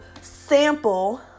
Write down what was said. sample